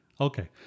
Okay